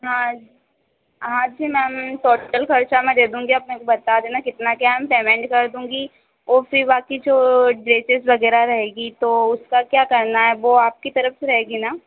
हाँ जी हाँ जी मैम टोटल खर्चा मैं दे दूंगी आप मेरे को बता देना कितना क्या है हम पेमेंट कर दूंगी ओ फ़िर बाकी जो ड्रेसेज वगैरह रहेगी तो उसका क्या करना है वह आपकी तरफ से रहेगी ना